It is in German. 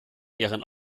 ihren